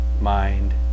mind